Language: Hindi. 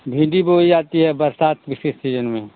भिंडी बोई जाती है बरसात सीजन में